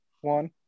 one